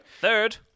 Third